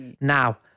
Now